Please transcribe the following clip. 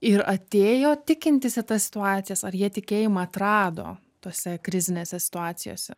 ir atėjo tikintys į tas situacijas ar jie tikėjimą atrado tose krizinėse situacijose